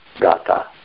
Gata